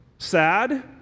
Sad